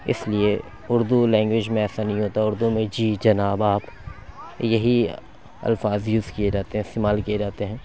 اِس لیے اُردو لینگویج میں ایسا نہیں ہوتا ہے اُردو میں جی جناب آپ یہی الفاظ یوز کیے جاتے ہیں استعمال کیے جاتے ہیں